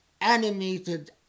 animated